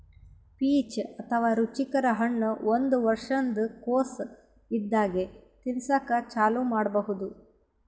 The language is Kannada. ಪೀಚ್ ಅಥವಾ ರುಚಿಕರ ಹಣ್ಣ್ ಒಂದ್ ವರ್ಷಿನ್ದ್ ಕೊಸ್ ಇದ್ದಾಗೆ ತಿನಸಕ್ಕ್ ಚಾಲೂ ಮಾಡಬಹುದ್